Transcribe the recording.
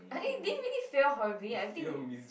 It didn't really fail horribly I think